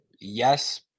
yes